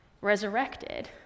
resurrected